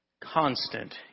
Constant